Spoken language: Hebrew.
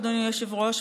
אדוני היושב-ראש,